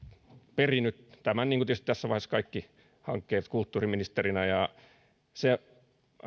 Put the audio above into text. perinyt tämän niin kuin tietysti tässä vaiheessa kaikki hankkeet kulttuuriministerinä ja se